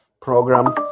program